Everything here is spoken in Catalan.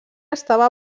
estava